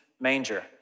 manger